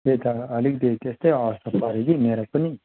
त्यही त अलिकति त्यस्तै अवस्था पर्यो कि मेरो पनि